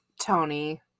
Tony